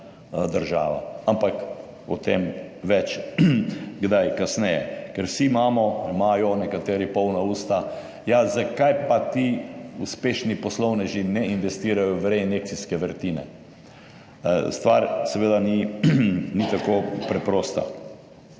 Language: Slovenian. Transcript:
država. Ampak o tem več kdaj kasneje, ker vsi imamo, imajo nekateri polna usta, ja, zakaj pa ti uspešni poslovneži ne investirajo v reinjekcijske vrtine? Stvar seveda ni tako preprosta.